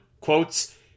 Quotes